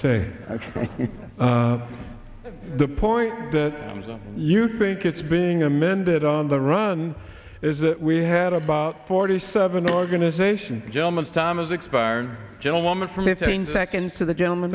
say the point that you think it's being amended on the run is that we had about forty seven organization gentleman's time has expired gentlewoman from fifteen seconds to the gentleman